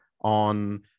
on